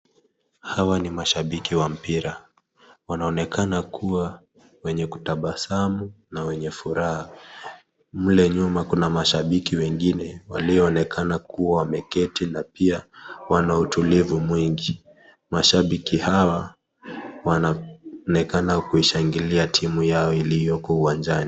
Hawa ni mashabiki wa mpira. Wanaonekana kuwa, wenye kutabasamu na wenye furaha. Mle nyuma, kuna mashabiki wengine walioonekana kuwa wameketi na pia wana utulivu mwingi. Mashabiki hawa, wanaoneka kushangilia timu yao iliyoko uwanjani.